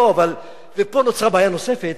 לא, ופה נוצרה בעיה נוספת,